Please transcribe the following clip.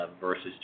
versus